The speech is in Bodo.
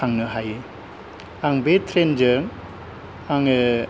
थांनो हायो आं बे ट्रेनजों आङो